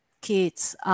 kids